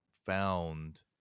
found